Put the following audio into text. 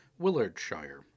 Willardshire